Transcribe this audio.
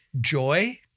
joy